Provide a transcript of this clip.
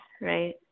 right